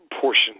Portion